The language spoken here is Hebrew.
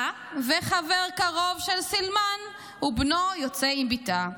אה, וחבר קרוב של סילמן, ובנו יוצא עם בתה.